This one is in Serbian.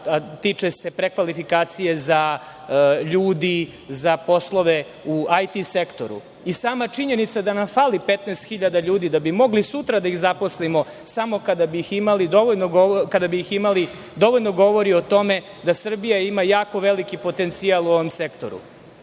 tiče se prekvalifikacije ljudi za poslove u IT sektoru. Sama činjenica da nam fali 15 hiljada ljudi, da bi mogli sutra da ih zaposlimo, samo kada bi ih imali, dovoljno govori o tome da Srbija ima jako veliki potencijal u ovom sektoru. Ne